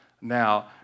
now